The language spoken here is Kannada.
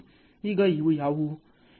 ಈಗ ಇವು ಯಾವುವು